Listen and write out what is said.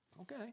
Okay